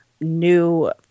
new